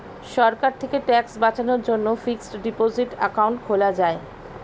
সরকার থেকে ট্যাক্স বাঁচানোর জন্যে ফিক্সড ডিপোসিট অ্যাকাউন্ট খোলা যায়